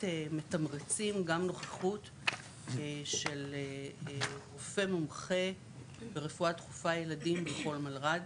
מתמרצים גם נוכחות של רופא מומחה ברפואה דחופה ילדים בכל מלר"ד.